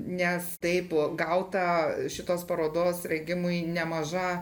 nes taip gauta šitos parodos rengimui nemaža